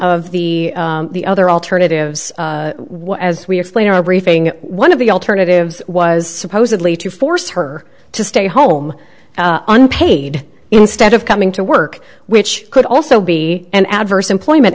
of the the other alternatives as we explain our briefing one of the alternatives was supposedly to force her to stay home unpaid instead of coming to work which could also be an adverse employment